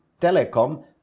telecom